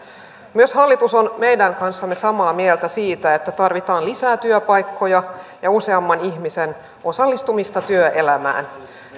myös hallitus on meidän kanssamme samaa mieltä siitä että tarvitaan lisää työpaikkoja ja useamman ihmisen osallistumista työelämään